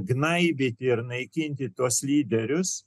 gnaibyti ir naikinti tuos lyderius